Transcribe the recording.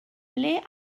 ble